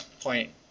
point